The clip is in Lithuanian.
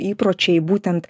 įpročiai būtent